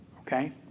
okay